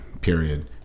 period